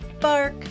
bark